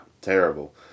terrible